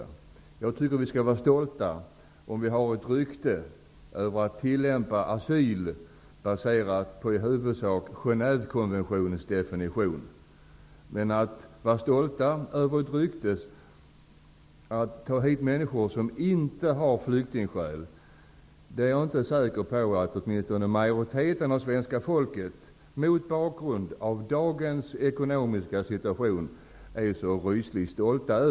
Men jag tycker att vi skall vara stolta om vi har rykte om oss att tillämpa principer för asyl som i huvudsak är baserade på Genèvekonventionens definition. Jag är inte så säker på att stoltheten över ryktet om att vi tar hit människor som inte har flyktingskäl är så rysligt stor hos en majoritet av svenska folket, mot bakgrund av dagens ekonomiska situation.